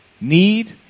need